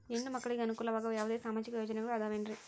ಹೆಣ್ಣು ಮಕ್ಕಳಿಗೆ ಅನುಕೂಲವಾಗುವ ಯಾವುದೇ ಸಾಮಾಜಿಕ ಯೋಜನೆಗಳು ಅದವೇನ್ರಿ?